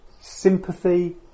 sympathy